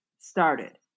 started